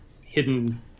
hidden